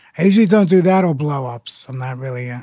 and hazily don't do that. or blow ups. um not really. yeah